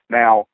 now